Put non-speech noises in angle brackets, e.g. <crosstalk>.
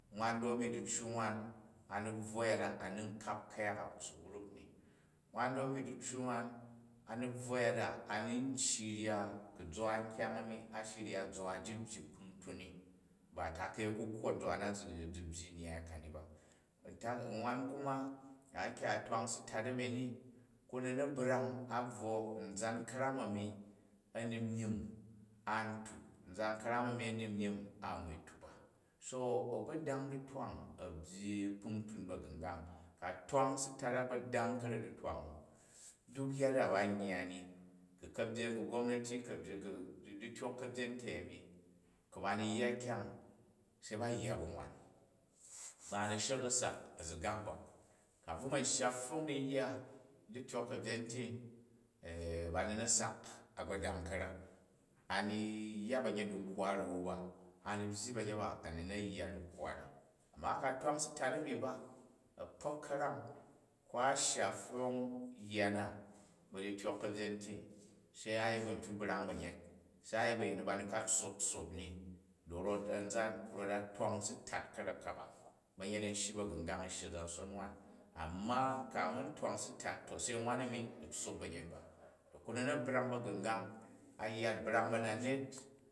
Nnan domin diccu nwan, a̱ ni bvwo yada ni u kap ku̱yaka kusi wruk ni. Nwan domin diccu nwan, a ni bvwo yada a̱ ni tyyi rya, ku̱ zwa kyang bmi, a shirya zwa ji byyi kpuntun ni, ba taka̱i a̱kukwo zwa na zi byyi nnyyai kani ba. Nwan kuma da yike a twang si tat a̱mi ni, ku ni na bra̱ng, a̱ bvwo anzan ka̱ram ani, a̱ni myim a tup, amzan ka̱ram a̱mi, myin a wui tup a. So agbodang ditwang a byyi kpuntung ba̱gu̱ngang. Ko a twang si tat a gbodang karek ditwang duk yada ba u yya ni, ku̱ ka̱byen, ku̱ gobnati kabyen ku̱ dityok ka̱byen tu ani, ku bna ni yya kyang se ba yya ba̱ nwan, ba n na̱ shek, a̱ sak a̱ziqak ba. Ku̱ a bvu ma shya pfong ni yya u dityok ka̱byen ti <hesitation> bani na̱ sak a gbodang ka̱rek, a ni yya ba̱nyet dikwa ra̱n ba, a ni byyi ba̱nyet ba a̱ ni na yya dikwa ni. Amma ku̱ a twang si tat a̱ni ba, a̱kpok ka̱ram ko a shya pfong yya na bu dityok ka̱byen ti, se a̱ yet bu antyok brang ba̱nyet, se a yet bu ajin nu ba ni ka tssop tssop ni, rot ankan i rot a twang si tat karek ka ba, banyet anshiga ba̱gu̱ngang a shyi azanson nwan. Amma ku a ma twang si tat, to se nwan anni ni tssap ba̱njet ba. To kwe ni na̱ brang ba̱gʉngang a yyat u brang bayanyet